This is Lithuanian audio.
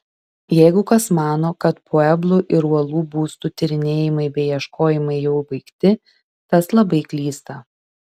jeigu kas mano kad pueblų ir uolų būstų tyrinėjimai bei ieškojimai jau baigti tas labai klysta